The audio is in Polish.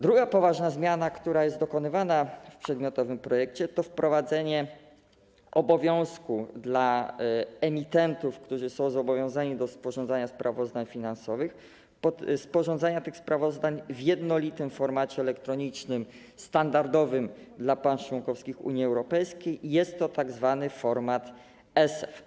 Druga poważna zmiana, która jest dokonywana w przedmiotowym projekcie, to wprowadzenie obowiązku dla emitentów, którzy są zobowiązani do sporządzania sprawozdań finansowych w jednolitym formacie elektronicznym standardowym dla państw członkowskich Unii Europejskiej i jest to tzw. format ESEF.